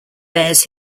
bears